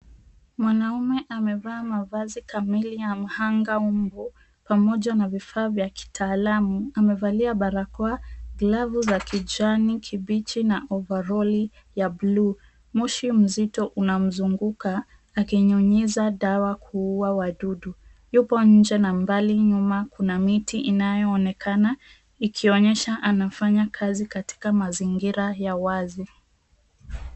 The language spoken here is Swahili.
Mwanamume amevaa mavazi kamili ya mhanga mbu, pamoja na vifaa vya kitaalamu. Amevalia barakoa, glavu za kijani kibichi na ovaroli ya buluu. Moshi mzito unamzunguka akinyunyiza dawa kuua wadudu. Yupo nje na mbali nyuma kuna miti inayoonekana, ikionyesha anafanya kazi katika mazingira ya wazi.